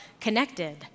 connected